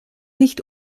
nicht